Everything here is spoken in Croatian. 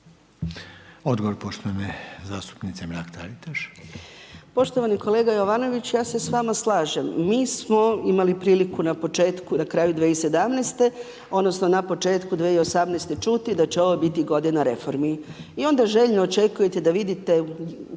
Odgovor, poštovane zastupnice Mrak-Taritaš. **Mrak-Taritaš, Anka (GLAS)** Poštovani kolega Jovanović, ja se s vama slažem, mi smo imali priliku na početku na kraju 2017. odnosno na početku 2018. čuti da će ovo biti godina reformi. I onda željno očekujete da vidite